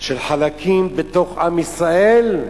של חלקים בתוך עם ישראל,